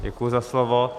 Děkuji za slovo.